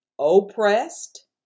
oppressed